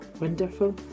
Wonderful